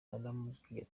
naramubwiye